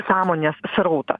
sąmonės srautą